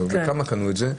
כמה קנו את זה,